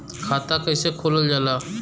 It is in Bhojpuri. खाता कैसे खोलल जाला?